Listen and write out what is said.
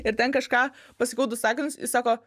ir ten kažką pasakau du sakinius ir sako